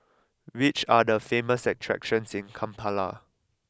which are the famous attractions in Kampala